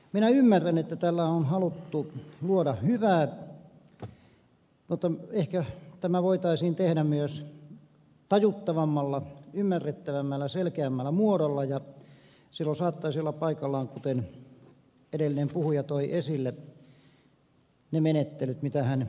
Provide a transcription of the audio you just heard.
minä ymmärrän että tällä on haluttu luoda hyvää mutta ehkä tämä voitaisiin tehdä myös tajuttavammalla ymmärrettävämmällä selkeämmällä muodolla ja silloin saattaisi olla paikallaan kuten edellinen puhuja toi esille ne menettelyt mitä hän esitti